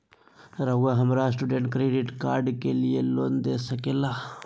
रहुआ हमरा student credit card के लिए लोन दे सके ला?